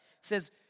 says